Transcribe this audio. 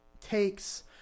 takes –